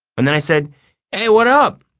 and then i said hey, what up?